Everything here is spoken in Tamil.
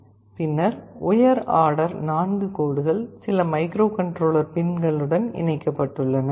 பின்னர் உயர் ஆர்டர் 4 கோடுகள் சில மைக்ரோகண்ட்ரோலர் பின்களுடன் இணைக்கப்பட்டுள்ளன